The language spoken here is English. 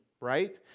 right